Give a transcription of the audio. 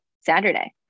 Saturday